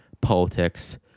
politics